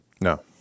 No